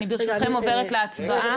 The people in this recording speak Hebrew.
אני ברשותכם עוברת להצבעה.